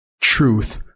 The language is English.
Truth